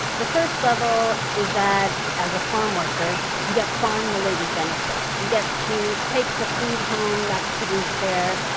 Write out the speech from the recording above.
the first level is that as a farmworker, you get farm related benefits. you get to take the food home that's produced there,